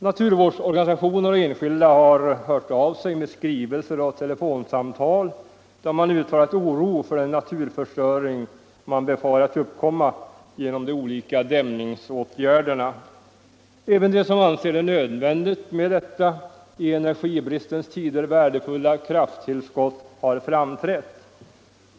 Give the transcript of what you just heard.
Naturvårdsorganisationer och enskilda har hört av sig med skrivelser och telefonsamtal, där man uttalat oro för den naturförstöring som man befarar skall uppkomma genom de olika dämningsåtgärderna. Även de som anser det nödvändigt med detta i energibristens tider värdefulla krafttillskott har framträtt.